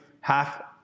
half